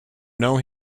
know